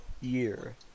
year